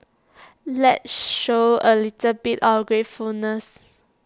let's show A little bit of gratefulness